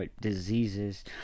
Diseases